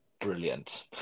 brilliant